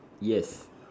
yes